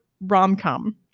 rom-com